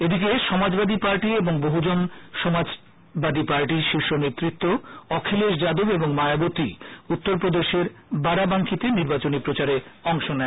এদিকে সমাজবাদী পার্টি এবং বহুজন সমাজবাদী পার্টি শীর্ষ নেতৃত্ব অখিলেশ যাদব ও মায়াবতী উত্তর প্রদেশের বারাবাঙ্কিতে নির্বাচনী প্রচারে অংশ নেন